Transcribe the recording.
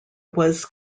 was